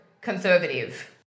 conservative